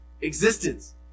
existence